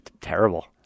terrible